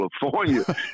California